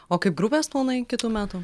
o kaip grupės planai kitų metų